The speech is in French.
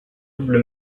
double